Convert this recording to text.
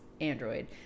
Android